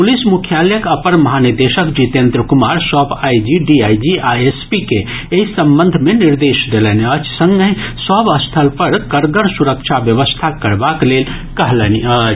police मुख्यालयक अपर महानिदेशक जितेन्द्र कुमार सभ आईजी डीआईजी आ एसपी के एहि संबंध मे निर्देश देलनि अछि संगहि सभा स्थल पर करगड़ सुरक्षा व्यवस्था करबाक लेल कहलनि अछि